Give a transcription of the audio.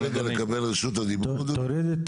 תציג את